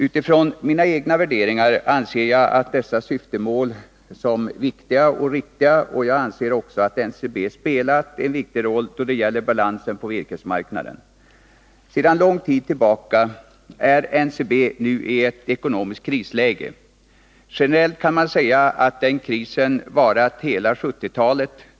Utifrån mina egna värderingar anser jag att dessa syftemål är viktiga och riktiga. Jag anser också att NCB spelat en viktig roll då det gäller balansen på virkesmarknaden. Sedan lång tid tillbaka är NCB i ett ekonomiskt krisläge. Generellt kan man säga att den krisen varat hela 1970-talet.